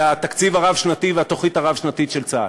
לתקציב הרב-שנתי והתוכנית הרב-שנתית של צה"ל.